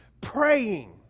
praying